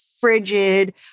frigid